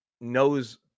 knows